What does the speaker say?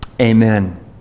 Amen